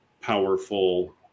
powerful